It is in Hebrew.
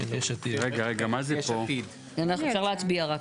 עתיד.‬‬‬‬‬ ‬‬‬‬‬ אפשר רק להצביע.